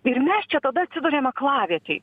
ir mes čia tada atsiduriam aklavietėj